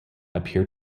appear